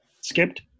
skipped